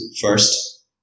first